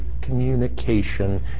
communication